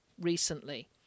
recently